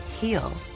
heal